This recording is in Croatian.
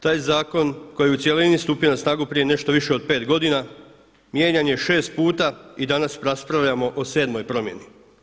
Taj zakon koji je u cjelini stupio na snagu prije nešto više od 5 godina mijenjan je 6 puta i danas raspravljamo o sedmoj promjeni.